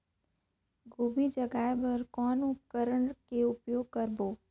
गोभी जगाय बर कौन उपकरण के उपयोग करबो?